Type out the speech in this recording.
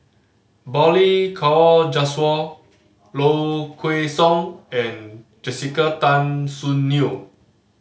Balli Kaur Jaswal Low Kway Song and Jessica Tan Soon Neo